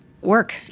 work